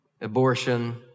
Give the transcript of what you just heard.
abortion